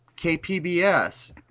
KPBS